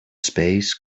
space